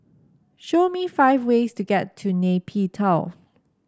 show me five ways to get to Nay Pyi Taw